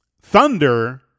thunder